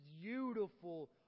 beautiful